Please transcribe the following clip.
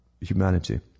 humanity